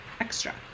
extra